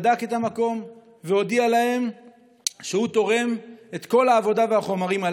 בדק את המקום והודיע להם שהוא תורם את כל העבודה והחומרים.